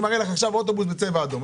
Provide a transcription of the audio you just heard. אני מראה לך עכשיו אוטובוס בצבע אדום.